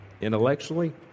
Intellectually